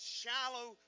shallow